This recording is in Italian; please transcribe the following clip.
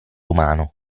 umano